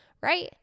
right